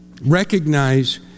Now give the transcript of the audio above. Recognize